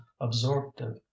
absorptive